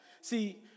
See